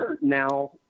now